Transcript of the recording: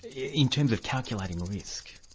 yeah in terms of calculating risk.